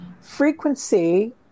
frequency